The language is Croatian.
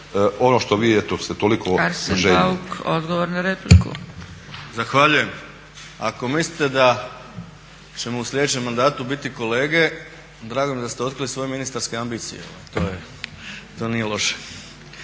odgovor na repliku. **Bauk, Arsen (SDP)** Zahvaljujem. Ako mislite da ćemo u sljedećem mandatu biti kolege, drago mi je da ste otkrili svoje ministarske ambicije. To nije loše.